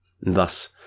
Thus